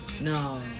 no